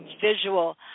visual